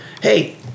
hey